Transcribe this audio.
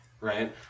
Right